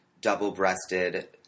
double-breasted